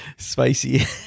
Spicy